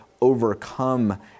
overcome